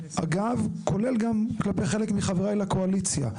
אגב כולל גם כלפי חלק מחבריי לקואליציה.